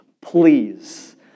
please